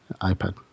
iPad